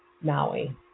maui